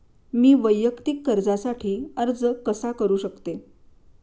मी वैयक्तिक कर्जासाठी अर्ज कसा करु शकते?